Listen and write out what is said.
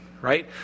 right